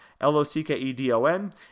L-O-C-K-E-D-O-N